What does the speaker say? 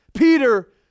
Peter